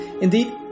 Indeed